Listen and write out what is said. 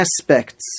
aspects